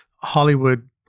Hollywood